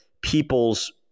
people's